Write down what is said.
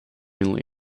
only